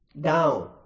down